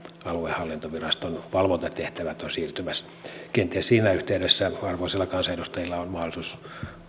aluehallintoviraston valvontatehtävät ovat siirtymässä kenties siinä yhteydessä arvoisilla kansanedustajilla on mahdollisuus